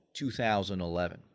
2011